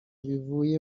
bivuye